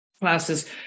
classes